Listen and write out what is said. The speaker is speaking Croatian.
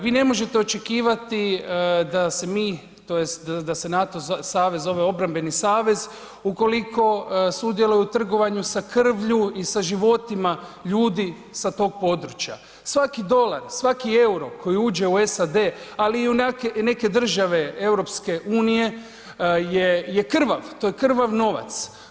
Vi ne možete očekivati da se mi tj. da se NATO savez zove obrambeni savez ukoliko sudjeluje u trgovanju sa krvlju i sa životima ljudi sa tog područja, svaki dolar, svaki EUR-o koji uđe u SAD, ali i u neke države EU je krvav, to je krvav novac.